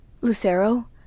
Lucero